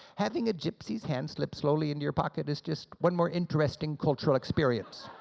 having a gypsy's hand slips slowly in your pocket is just one more interesting cultural experience.